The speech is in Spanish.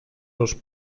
los